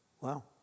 Wow